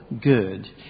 good